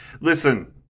Listen